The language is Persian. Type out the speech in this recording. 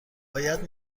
باید